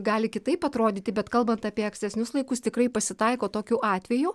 gali kitaip atrodyti bet kalbant apie ankstesnius laikus tikrai pasitaiko tokių atvejų